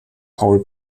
paul